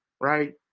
right